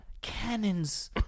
Cannons